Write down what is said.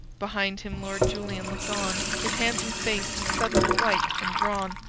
behind him lord julian looked on, his handsome face suddenly white and drawn.